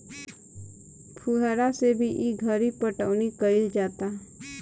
फुहारा से भी ई घरी पटौनी कईल जाता